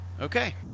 okay